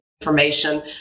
information